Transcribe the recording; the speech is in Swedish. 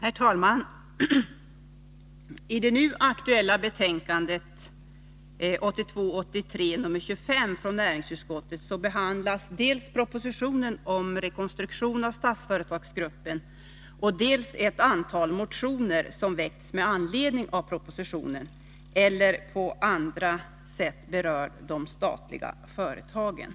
Nr 105 Herr talman! I det nu aktuella betänkandet 1982/83:25 från näringsutskot Onsdagen den tet behandlas dels propositionen om rekonstruktion av Statsföretagsgrup 23 mars 1983 pen, dels ett antal motioner som väckts med anledning av propositionen eller som på andra sätt berör de statliga företagen.